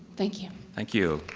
thank you. thank you.